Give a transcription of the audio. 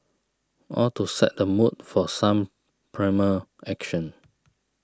all to set the mood for some primal action